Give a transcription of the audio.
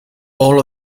all